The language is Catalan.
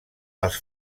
els